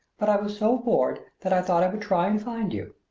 but i was so bored that i thought i would try and find you.